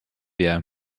jää